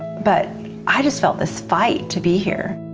but i just felt this fight to be here.